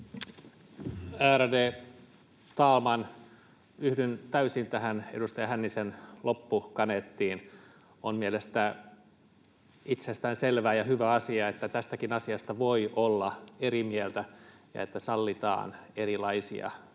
Ärade talman! Yhdyn täysin tähän edustaja Hännisen loppukaneettiin. On mielestäni itsestäänselvää ja hyvä asia, että tästäkin asiasta voi olla eri mieltä ja että sallitaan erilaisia